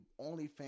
OnlyFans